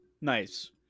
Nice